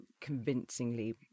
convincingly